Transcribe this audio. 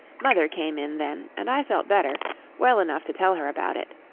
mother came in then, and i felt better well enough to tell her about it.